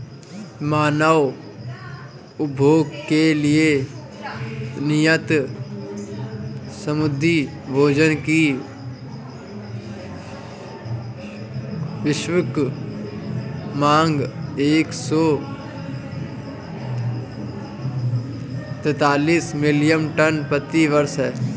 मानव उपभोग के लिए नियत समुद्री भोजन की वैश्विक मांग एक सौ तैंतालीस मिलियन टन प्रति वर्ष है